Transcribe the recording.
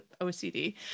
OCD